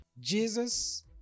Jesus